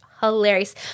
hilarious